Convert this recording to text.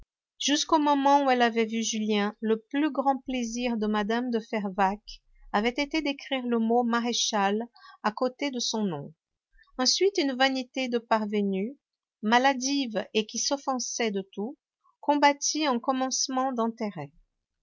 jusqu'au moment où elle avait vu julien le plus grand plaisir de mme de fervaques avait été d'écrire le mot maréchale à côté de son nom ensuite une vanité de parvenue maladive et qui s'offensait de tout combattit un commencement d'intérêt